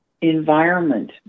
environment